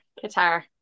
guitar